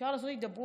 אפשר לעשות הידברות.